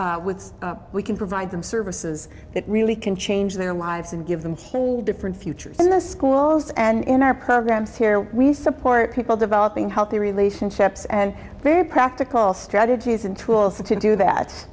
through we can provide them services that really can change their lives and give them a different future in the schools and in our programs here we support people developing healthy relationships and very practical strategies and tools to do that